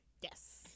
Yes